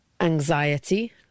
anxiety